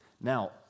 Now